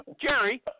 Jerry